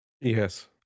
Yes